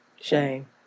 shame